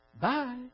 Bye